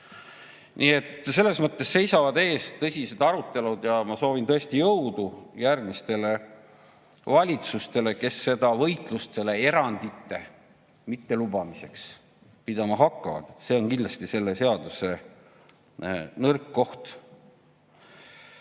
Nii et selles mõttes seisavad ees tõsised arutelud. Ma soovin tõesti jõudu järgmistele valitsustele, kes seda erandite mittelubamise võitlust pidama hakkavad. See on kindlasti selle seaduse nõrk koht.